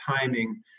timing